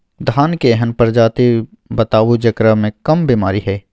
धान के एहन प्रजाति बताबू जेकरा मे कम बीमारी हैय?